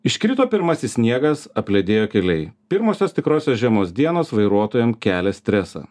iškrito pirmasis sniegas apledėjo keliai pirmosios tikrosios žiemos dienos vairuotojam kelia stresą